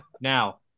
Now